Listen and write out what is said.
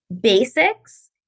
basics